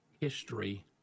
history